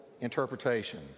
interpretation